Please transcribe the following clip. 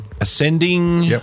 ascending